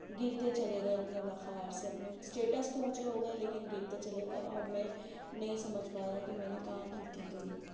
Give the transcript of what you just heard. گرتے چلے گئے اپنے وقار سے اپنے اسٹیٹس تو اونچے ہو گئے لیکن گرتے چلے گئے اور میں نہیں سمجھ پایا کہ میں نے کہاں غلطی کری